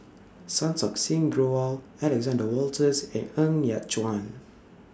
Santokh Singh Grewal Alexander Wolters and Ng Yat Chuan